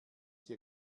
dir